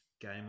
Game